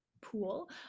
pool